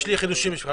יש לי חידושים בשבילך,